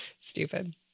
Stupid